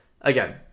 again